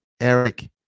eric